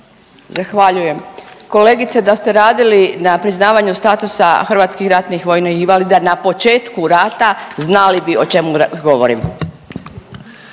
Zahvaljujem. Kolegice da ste radili na priznavanju statusa hrvatskih ratnih vojnih invalida na početku rata znali bi o čemu govorim.